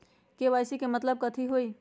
KYC के मतलब कथी होई?